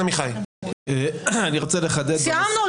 אני מדבר על